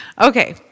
Okay